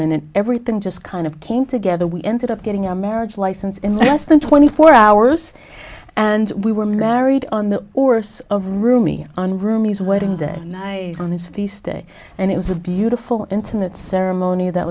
minute everything just kind of came together we ended up getting our marriage license in less than twenty four hours and we were married on the orse of rumi on roomies wedding day and i on his feast day and it was a beautiful intimate ceremony that